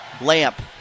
Lamp